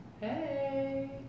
Hey